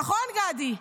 נכון, גדי?